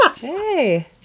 Hey